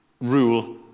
rule